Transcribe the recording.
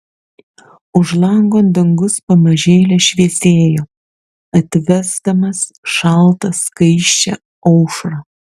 už lango dangus pamažėle šviesėjo atvesdamas šaltą skaisčią aušrą